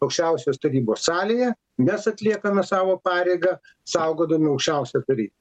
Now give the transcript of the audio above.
aukščiausios tarybos salėje mes atliekame savo pareigą saugodami aukščiausią tarybą